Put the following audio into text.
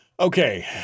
Okay